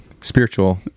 spiritual